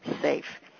safe